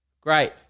Great